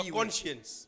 conscience